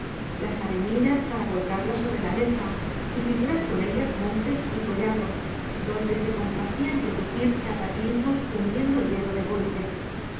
las arenillas para volcarlas sobre la mesa y figurar con ellas montes y collados donde se complacía en producir cataclismos hundiendo el dedo de golpe